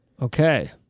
Okay